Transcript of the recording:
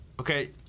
Okay